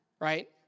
right